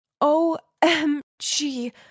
O-M-G